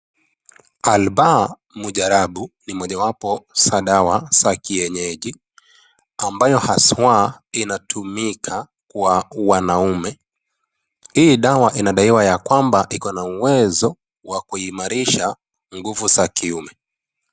Albaa Mujarrabu ni moja wapo za dawa za kienyeji, ambayo haswa inatumika kwa wanaume. Hii dawa inadaiwa ya kwamba iko na uwezo wa kuimarisha nguvu za kiume.